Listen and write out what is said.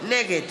נגד